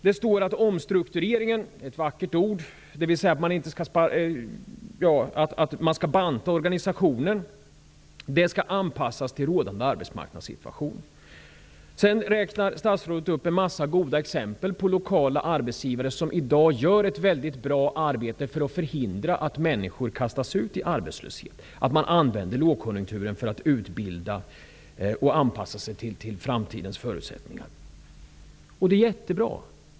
Det står att omstruktureringen -- ett vackert ord --, dvs. att man skall banta organisationen, skall anpassas till rådande arbetsmarknadssituation. Sedan räknar statsrådet upp en massa goda exempel på lokala arbetsgivare som i dag gör ett mycket bra arbete för att förhindra att människor kastas ut i arbetslöshet. Man använder lågkonjunkturen för att utbilda och anpassa sig till framtidens förutsättningar.